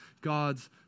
God's